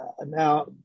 Now